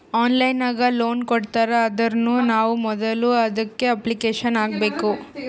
online ನಾಗ್ loan ಕೊಡ್ತಾರ್ ಅಂದುರ್ನು ನಾವ್ ಮೊದುಲ ಅದುಕ್ಕ ಅಪ್ಲಿಕೇಶನ್ ಹಾಕಬೇಕ್